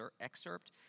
excerpt